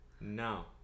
no